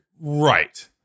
right